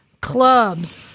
clubs